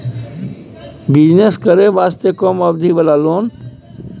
Business करे वास्ते कम अवधि वाला लोन?